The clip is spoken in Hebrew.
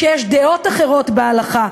שיש דעות אחרות בהלכה.